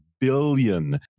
billion